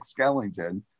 Skellington